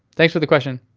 thanks for the question.